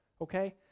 okay